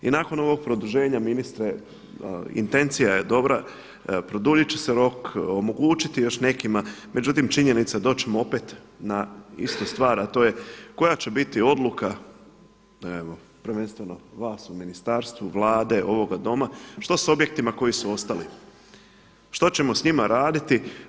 I nakon ovog produženja ministre intencija je dobra, produljit će se rok, omogućiti još nekima, međutim činjenica je doći ćemo opet na istu stvar a to je koja će biti odluka evo prvenstveno vas u ministarstvu, Vlade, ovoga Doma, što s objektima koji su ostali, što ćemo s njima raditi.